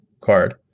card